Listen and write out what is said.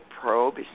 probe